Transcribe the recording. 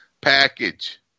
package